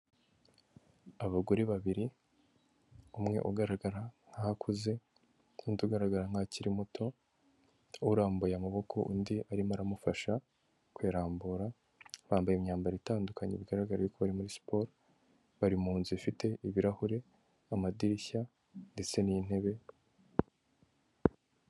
Abagore babiri, umwe ugaragara nkaho akuze, n'undi ugaragara nkaho akiri muto urambuye amaboko, undi arimo aramufasha kuyarambura, bambaye imyambaro itandukanye bigaragara ko bari muri siporo, bari mu nzu ifite ibirahure, amadirishya ndetse n'intebe.